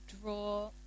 draw